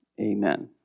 Amen